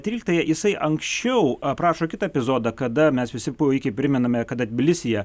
tryliktąją jisai anksčiau aprašo kitą epizodą kada mes visi puikiai primename kad tbilisyje